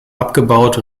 abgebaut